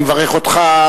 אני מברך אותך